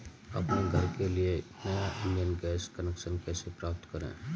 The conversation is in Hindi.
अपने घर के लिए नया इंडियन गैस कनेक्शन कैसे प्राप्त करें?